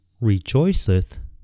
Rejoiceth